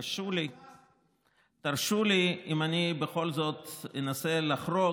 תרשו לי אם אני בכל זאת אנסה לחרוג